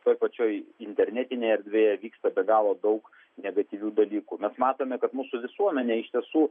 toj pačioj internetinėje erdvėje vyksta be galo daug negatyvių dalykų mes matome kad mūsų visuomenė iš tiesų